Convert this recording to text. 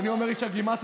כשאני אומר איש הגימטריות,